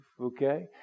okay